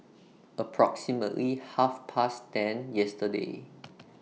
approximately Half Past ten yesterday